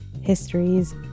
histories